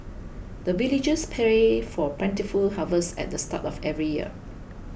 the villagers pray for plentiful harvest at the start of every year